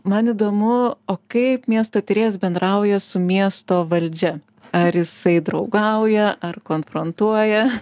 man įdomu o kaip miesto tyrėjas bendrauja su miesto valdžia ar jisai draugauja ar konfrontuoja